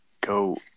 go